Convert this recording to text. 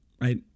right